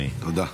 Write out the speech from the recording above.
אדוני,